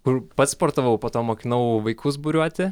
kur pats sportavau po to mokinau vaikus buriuoti